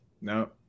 No